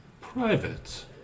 private